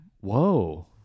Whoa